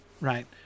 right